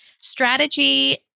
Strategy